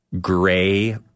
gray